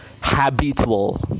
habitable